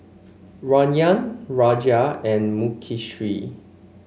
Rajan Raja and Mukesh